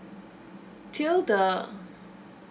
till the